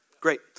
Great